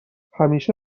همیشه